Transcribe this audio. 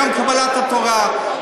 היום קבלת התורה.